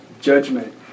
judgment